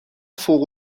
فوق